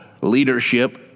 leadership